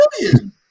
million